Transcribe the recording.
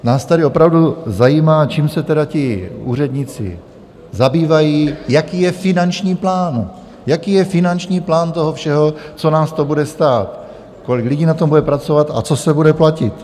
Nás tady opravdu zajímá, čím se tedy ti úředníci zabývají, jaký je finanční plán, jaký je finanční plán toho všeho, co nás to bude stát, kolik lidí na tom bude pracovat a co se bude platit.